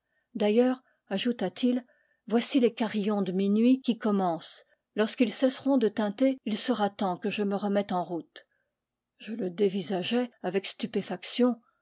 d'ailleurs ajouta-t-il voici les carillons de minuit qui commencent lorsqu'ils cesseront de tinter il sera temps que je me remette en route je le dévisageai avec stupéfaction